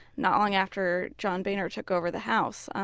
not long after john boehner took over the house,